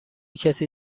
کسی